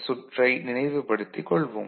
சுற்றை நினைவுபடுத்திக் கொள்வோம்